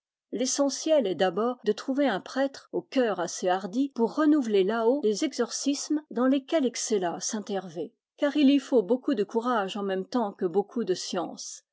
l'essen tiel est d'abord de trouver un prêtre au cœur assez hardi pour renouveler là-haut les exorcismes dans lesquels excella saint hervé car il y faut beaucoup de courage en même temps que beaucoup de science